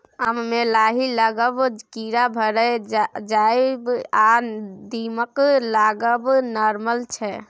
आम मे लाही लागब, कीरा भए जाएब आ दीमक लागब नार्मल छै